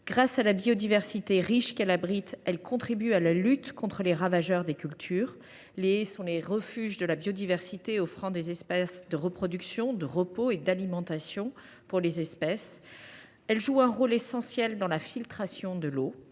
grâce à la biodiversité riche qu’elles abritent, elles contribuent à la lutte contre les ravageurs de cultures ; elles sont des refuges pour la biodiversité, offrant des espaces de reproduction, de repos et d’alimentation pour les espèces ; elles jouent un rôle essentiel dans la filtration de l’eau